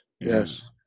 yes